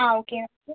ആ okay okay